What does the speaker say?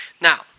Now